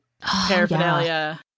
paraphernalia